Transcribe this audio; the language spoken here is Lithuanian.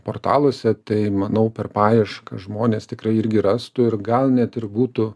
portaluose tai manau per paiešką žmonės tikrai irgi rastų ir gal net ir būtų